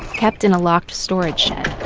kept in a locked. storage shed